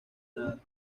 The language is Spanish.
nada